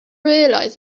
realised